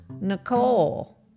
Nicole